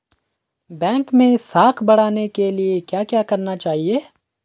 Bank मैं साख बढ़ाने के लिए क्या क्या करना चाहिए?